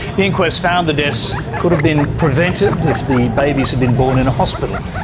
the inquest found the deaths could've been prevented if the babies had been born in a hospital,